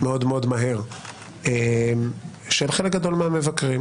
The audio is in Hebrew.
מאוד מאוד מהר של חלק גדול מהמבקרים.